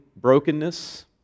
brokenness